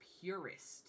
purest